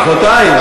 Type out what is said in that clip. מחרתיים?